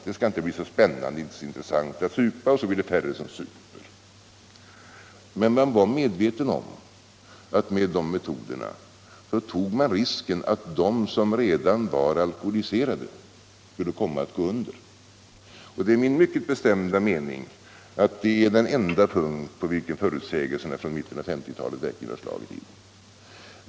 Det skall inte bli så spännande och intressant att supa, och då blir det färre som super, men man var medveten om att med de metoderna tog man risken att de som redan var alkoholiserade skulle komma att gå under. Det är min mycket bestämda mening att det är den enda punkt på vilken förutsägelserna från mitten av 1950-talet verkligen har slagit in.